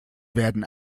werden